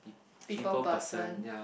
people person